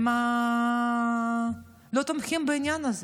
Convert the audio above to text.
הם לא תומכים בעניין הזה,